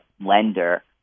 lender